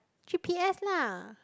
G_P_S lah